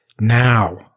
Now